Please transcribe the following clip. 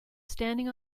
standing